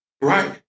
Right